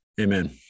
Amen